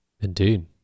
Indeed